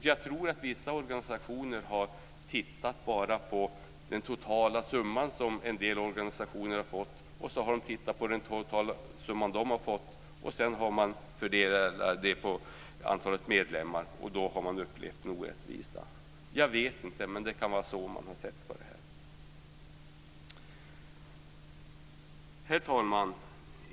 Jag tror att vissa organisationer har tittat bara på den totala summa som en del organisationer fått, och när man har fördelat det på antalet medlemmar har man upplevt orättvisa. Jag vet inte, men det kan vara så man har tänkt. Herr talman!